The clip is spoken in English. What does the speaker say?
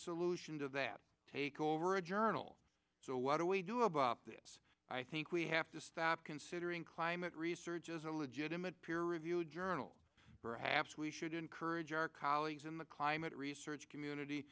solution to that take over a journal so what do we do about this i think we have to stop considering climate research as a legitimate peer reviewed journal perhaps we should encourage our colleagues in the climate research community